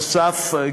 ונוסף על כך,